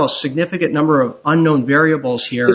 a significant number of unknown variables here